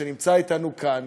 שנמצא אתנו כאן,